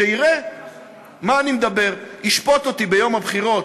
שיראה מה אני מדבר, ישפוט אותי ביום הבחירות,